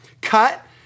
Cut